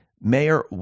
Mayor